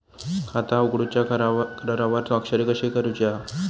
खाता उघडूच्या करारावर स्वाक्षरी कशी करूची हा?